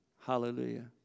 Hallelujah